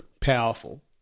powerful